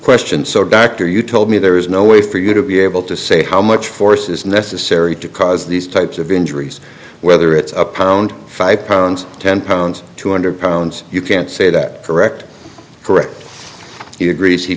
question so dr you told me there is no way for you to be able to say how much force is necessary to cause these types of injuries whether it's a pound five pounds ten pounds two hundred pounds you can't say that correct correct he agrees he